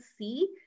see